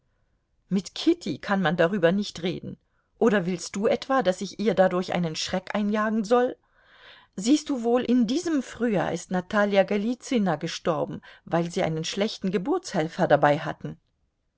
mit kitty kann man darüber nicht reden oder willst du etwa daß ich ihr dadurch einen schreck einjagen soll siehst du wohl in diesem frühjahr ist natalja golizüna gestorben weil sie einen schlechten geburtshelfer dabei hatten